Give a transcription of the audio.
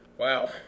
Wow